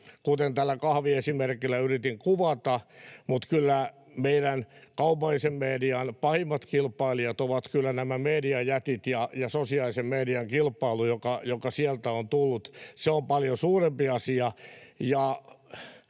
kuten tällä kahviesimerkillä yritin kuvata, mutta kyllä meidän kaupallisen median pahimmat kilpailijat ovat nämä mediajätit, ja sosiaalisen median kilpailu, joka sieltä on tullut, on paljon suurempi asia.